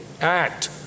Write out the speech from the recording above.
act